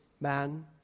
man